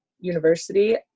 university